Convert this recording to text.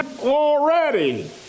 Already